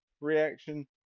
reaction